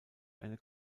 eine